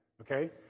Okay